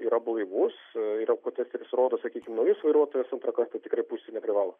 yra blaivus ir alkotesteris rodo sakykim naujus vairuotojas antrą kartą tikrai pūsti neprivalo